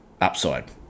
upside